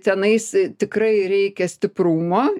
tenais tikrai reikia stiprumo